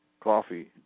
coffee